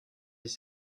dix